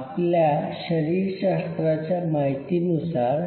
आपल्या शरीरशास्त्राच्या माहितीनुसार